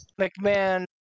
McMahon